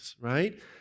right